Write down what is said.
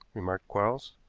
remarked quarles.